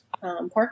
pork